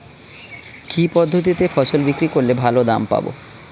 কি পদ্ধতিতে ফসল বিক্রি করলে ভালো দাম পাব?